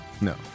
No